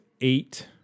eight